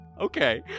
okay